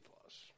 plus